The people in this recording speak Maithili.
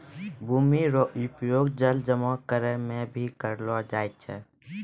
भूमि रो उपयोग जल जमा करै मे भी करलो जाय छै